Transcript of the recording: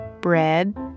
Bread